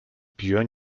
björn